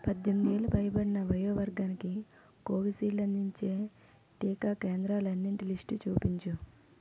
పద్దెనిమిది ఏళ్లు పైబడిన వయో వర్గానికి కోవిషీల్డ్ అందించే టీకా కేంద్రాలన్నింటి లిస్ట్ చూపించు